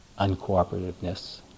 uncooperativeness